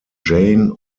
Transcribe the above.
jane